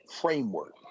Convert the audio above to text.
framework